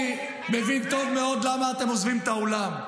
אני מבין טוב מאוד למה אתם עוזבים את האולם.